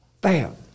bam